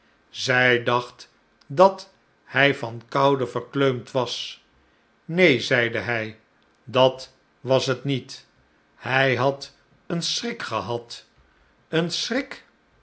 zij dacht dat hij van koude verkleumd was neen zeide hy dat was het niet hij had een schrik gehad een schrik